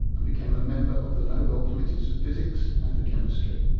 and became a member of the nobel committees for physics and for chemistry.